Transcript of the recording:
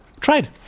Tried